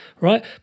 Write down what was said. right